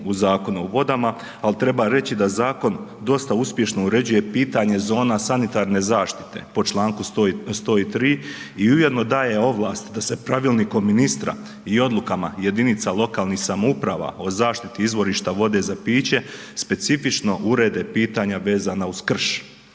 u Zakonu o vodama, ali treba reći da zakon dosta uspješno uređuje pitanje zona sanitarne zaštite po Članku 103. i ujedno daje ovlast da se pravilnikom ministra i odlukama jedinica lokalnih samouprava o zaštiti izvorišta vode za piće specifično urede pitanja vezana uz krš.